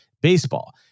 baseball